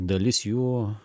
dalis jų